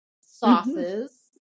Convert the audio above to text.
sauces